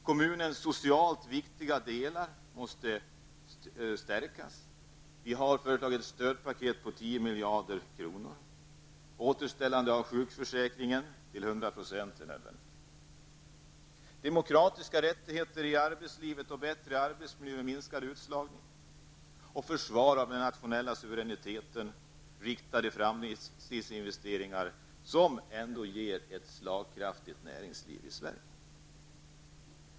Kommunens socialt viktiga delar måste stärkas. Vi har föreslagit ett stödpaket på 10 miljarder kronor. Återställande av sjukförsäkringen till 100 % är nödvändigt, liksom demokratiska rättigheter i arbetslivet och bättre arbetsmiljö med minskad utslagning. Vi vill försvara den nationella suveräniteten med riktade framtidsinvesteringar som ändå ger ett slagkraftigt och ändamålsenligt näringsliv i Sverige.